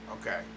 Okay